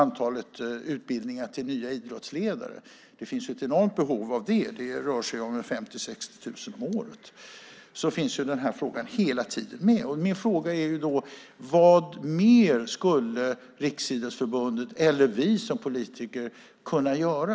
I utbildningarna till nya idrottsledare, som det finns ett enormt behov av - det rör sig om 50 000-60 000 om året - finns den här frågan hela tiden med. Min fråga är då: Vad mer skulle Riksidrottsförbundet eller vi som politiker konkret kunna göra?